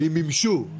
האם מימשו.